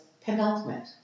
penultimate